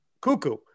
cuckoo